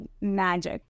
magic